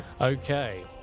Okay